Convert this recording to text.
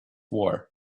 war